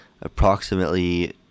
approximately